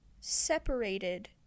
separated